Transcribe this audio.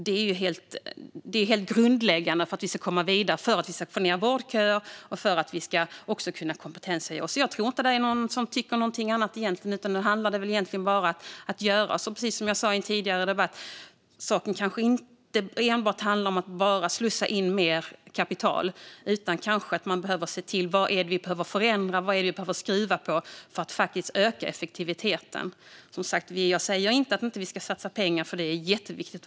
Det är grundläggande för att vi ska kunna komma vidare, korta vårdköer och kompetenshöja. Jag tror inte att någon tycker något annat. Det handlar egentligen bara om att göra. Precis som jag sa tidigare handlar saken kanske inte enbart om att slussa in mer kapital. Man behöver kanske se till vad som behöver förändras och skruvas på för att öka effektiviteten. Jag säger inte att vi inte ska satsa pengar. Det är jätteviktigt.